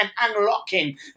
unlocking